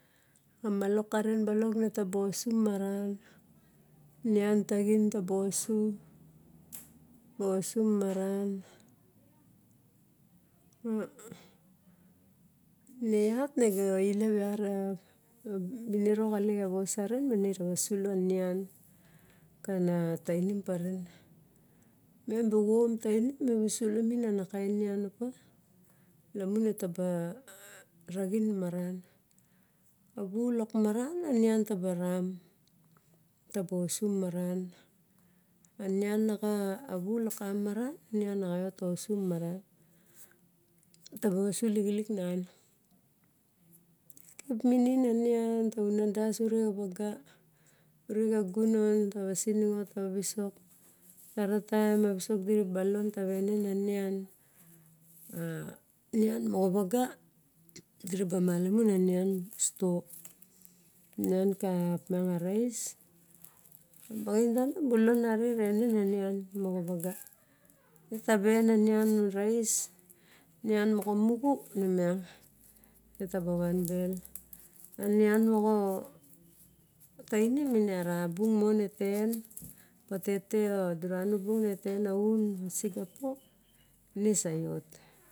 Amalok karen tabu osu maran nian taxin taba asu taba osu maran ne iat negailep a virino mexe vosaren nenang sulo nian kena tainim karen. Me bu om tanim me bu sulo minim una kaen nian opa, lamun netaba raxin maran. Awu lok marin anian taba nan taba osu maran awu lok maran anian nexaiiot tava osu maran taba osu ixilok nan. Kip minin a ning tara unan das ure xa vag ure xa gunon tava simingot tava visok tara taem a visock dira ba lon tara enen anian, anian moxa vaga dire ba malamun a nian sulo nian ka opiang a rais, a baxain ta no bulon arixen navaenen a nian moxa vuga. Mia karae na rais a baxain ta no bulon arixen nevaenen a nian moxa waga. Mie kaeva na rais nian moxa muxu nemien netaba vanbel'. Anian moxa tainim me ara bung mon netaen patete dira nu bung ne taen aun ma sigapu ne su iot.